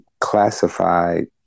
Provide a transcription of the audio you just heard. classified